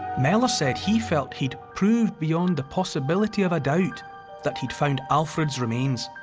mellor said he felt he'd proved beyond the possibility of a doubt that he'd found alfred's remains.